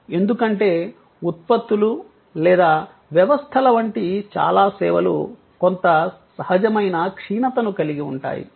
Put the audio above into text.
ఎందుకంటే ఉత్పత్తులు లేదా వ్యవస్థల వంటి చాలా సేవలు కొంత సహజమైన క్షీణతను కలిగి ఉంటాయి